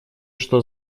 что